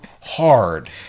hard